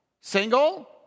single